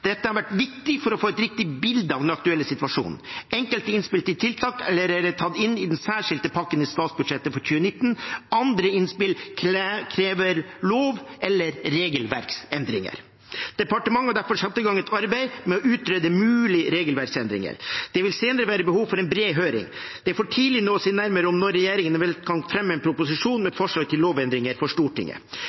Dette har vært viktig for å få et riktig bilde av den aktuelle situasjonen. Enkelte innspill til tiltak er allerede tatt inn i den særskilte pakken i statsbudsjettet for 2019, andre innspill krever lov- eller regelverksendringer. Departementet har derfor satt i gang et arbeid med å utrede mulige regelverksendringer. Det vil senere være behov for en bred høring. Det er for tidlig nå å si noe nærmere om når regjeringen vil kunne fremme en proposisjon med forslag til lovendringer, for Stortinget.